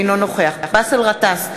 אינו נוכח באסל גטאס,